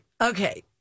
Okay